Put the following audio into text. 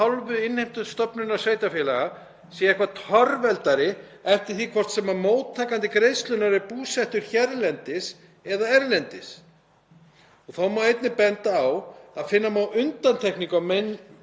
Þá má einnig benda á að finna má undantekningu á meginreglu laga um almannatryggingar, nr. 100/2007, í 40. gr. þeirra, en samkvæmt því ákvæði er núverandi búseta á Íslandi